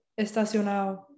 estacionado